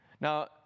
Now